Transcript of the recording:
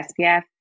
SPF